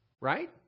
Right